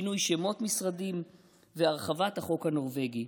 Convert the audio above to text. שינוי שמות המשרדים והרחבת החוק הנורבגי.